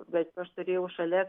bet aš turėjau šalia